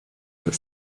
but